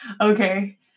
Okay